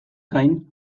gain